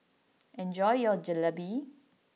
enjoy your Jalebi